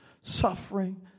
suffering